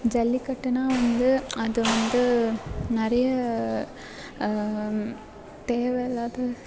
ஜல்லிக்கட்டுன்னா வந்து அது வந்து நிறைய தேவை இல்லாத